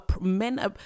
men